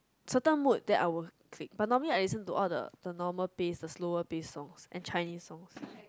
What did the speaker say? certain mood that I will click but normally I listen to all the the normal pitch the slower pitch songs and Chinese songs